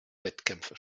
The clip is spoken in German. wettkämpfe